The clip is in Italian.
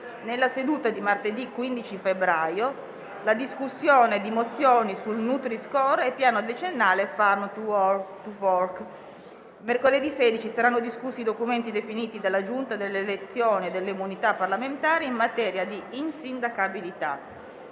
nella seduta di martedì 15 febbraio, la discussione di mozioni sul Nutri-score e il piano decennale From farm to fork. Mercoledì 16 saranno discussi i documenti definiti dalla Giunta delle elezioni e delle immunità parlamentari in materia di insindacabilità.